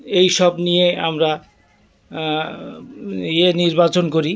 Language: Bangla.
এই সব নিয়ে আমরা ইয়ে নির্বাচন করি